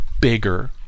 bigger